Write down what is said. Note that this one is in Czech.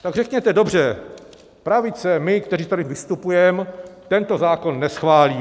Tak řekněte dobře, pravice: my, kteří tady vystupujeme, tento zákon neschválíme.